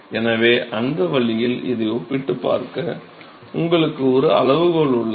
எனவே அந்த வழியில் இதை ஒப்பிட்டுப் பார்க்க உங்களுக்கு ஒரு அளவுகோல் உள்ளது